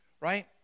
right